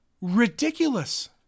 ridiculous